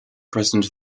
president